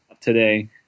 Today